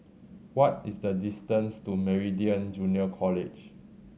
what is the distance to Meridian Junior College